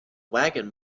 wagon